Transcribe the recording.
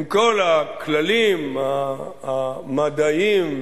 עם כל הכללים המדעיים,